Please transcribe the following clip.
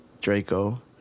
Draco